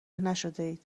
نشدهاید